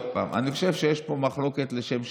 עוד פעם: אני חושב שיש פה מחלוקת לשם שמיים.